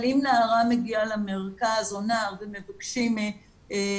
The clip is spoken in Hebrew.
אבל אם נערה או נער מגיעים למרכז ומבקשים את